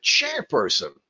chairperson